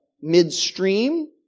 midstream